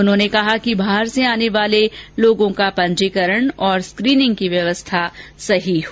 उन्होंने कहा कि बाहर से आने वैाले लोगों का पंजीकरण और स्क्रीनिंग की व्यवस्था सही हो